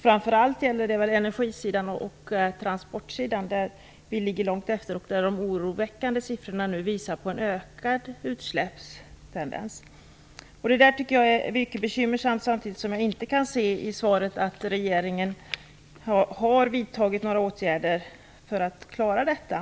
Framför allt gäller det energisidan och transportsidan, där vi ligger långt efter och där oroväckande siffror nu visar på ökade utsläpp. Det är mycket bekymmersamt, samtidigt som jag inte kan se i svaret att regeringen har vidtagit några åtgärder för att klara detta.